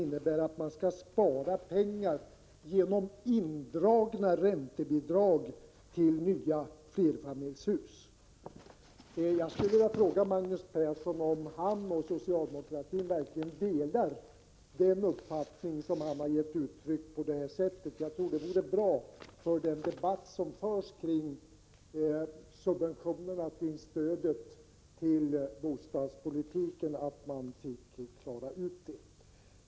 Man måste nämligen spara pengar genom att dra in på räntebidragen till nya flerfamiljshus. Jag skulle vilja fråga Magnus Persson om han och socialdemokraterna i övrigt verkligen delar denna uppfattning. Jag tror att det vore mycket bra för den debatt som förs beträffande subventionerna i samband med bostadsstödet, om den saken kunde klaras ut.